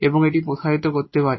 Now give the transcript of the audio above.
এবং এটি প্রসারিত করতে পারি